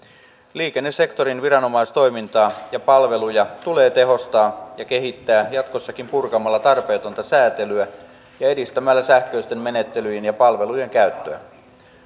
liikennesektorin viranomaistoimintaa ja palveluja tulee tehostaa ja kehittää jatkossakin purkamalla tarpeetonta säätelyä ja edistämällä sähköisten menettelyjen ja palvelujen käyttöä